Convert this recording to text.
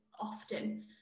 often